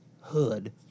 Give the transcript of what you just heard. hood